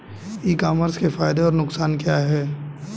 E commerce के फायदे और नुकसान क्या हैं?